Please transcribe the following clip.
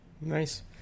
Nice